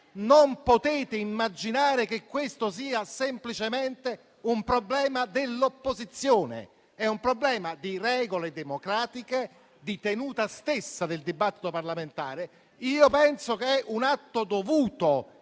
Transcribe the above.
non potete immaginare che sia semplicemente un problema dell'opposizione. È un problema di regole democratiche, di tenuta stessa del dibattito parlamentare. Io penso che sia un atto dovuto